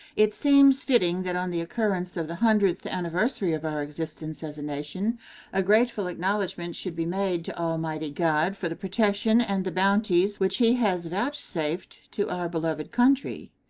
it seems fitting that on the occurrence of the hundredth anniversary of our existence as a nation a grateful acknowledgment should be made to almighty god for the protection and the bounties which he has vouchsafed to our beloved country.